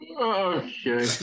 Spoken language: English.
Okay